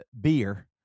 beer